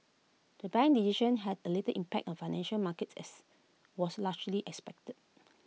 the bank's decision had the little impact on financial markets as was largely expected